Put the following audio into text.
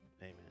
amen